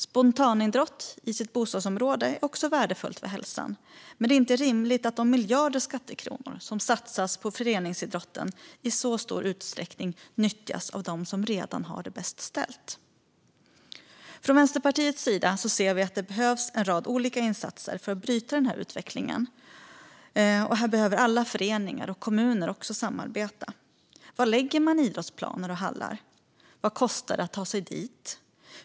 Spontanidrott i ens bostadsområde är också värdefullt för hälsan, men det är inte rimligt att de miljarder skattekronor som satsas på föreningsidrotten i så stor utsträckning nyttjas av dem som redan har det bäst ställt. Från Vänsterpartiets sida ser vi att det behövs en rad olika insatser för att bryta den här utvecklingen. Här behöver alla föreningar och kommuner samarbeta. Var lägger man idrottsplaner och hallar? Vad kostar det att ta sig dit?